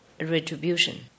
retribution